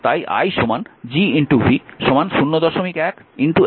তাই i G v 01 10 ampere